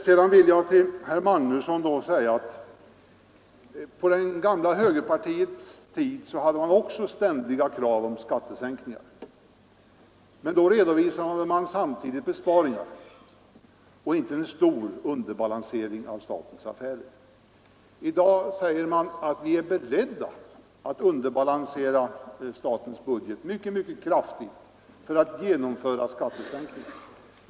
Jag vill erinra herr Magnusson i Borås om att på det gamla högerpartiets tid hade man också ständiga krav på skattesänkningar, men då redovisade man samtidigt besparingar och inte en stor underbalansering av statens affärer. I dag förklarar man att man är beredd att underbalansera statens budget mycket kraftigt för att genomföra skattesänkningar.